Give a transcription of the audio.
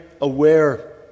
aware